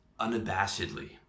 unabashedly